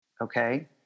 okay